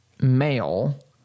male